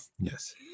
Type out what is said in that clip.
Yes